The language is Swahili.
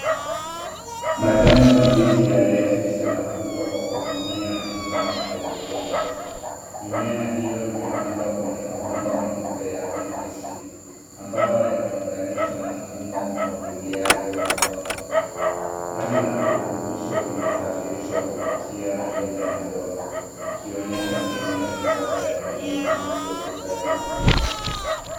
Majani mabichi ya [cslettuce yanakuzwa kwa kutumia mfumo wa hydroponics . Mimea hiyo imepandwa kwenye mabomba meupe ya pvc ambayo yameunganishwa na mfumo wa umwagiliaji wa motoni. Maji ya virutubisho vinasafirishwa kupitia mirija midogo ikionyesha mbinu ya kisasa ya kilimo isiyohitaji udongo.